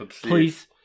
please